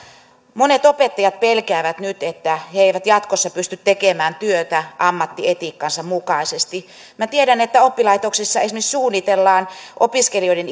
monet opettajat pelkäävät nyt että he eivät jatkossa pysty tekemään työtä ammattietiikkansa mukaisesti tiedän että oppilaitoksissa suunnitellaan esimerkiksi opiskelijoiden